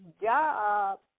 job